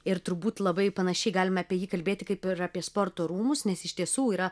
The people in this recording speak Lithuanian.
ir turbūt labai panašiai galime apie jį kalbėti kaip ir apie sporto rūmus nes iš tiesų yra